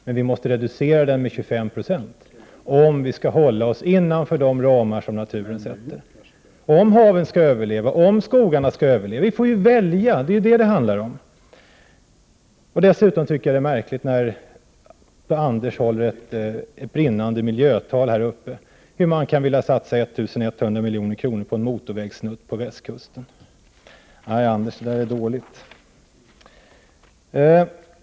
Men den måste reduceras med 25 96 om vi skall hålla oss inom de ramar som naturen kräver och om haven och skogarna skall överleva. Vi måste välja. Det är vad det handlar om. Dessutom tycker jag att det är märkligt — med tanke på Anders Castbergers brinnande miljötal här — att man kan vilja satsa 1 100 miljoner kronor på en motorvägssnutt på västkusten. Nej, Anders Castberger, det är dåligt!